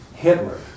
Hitler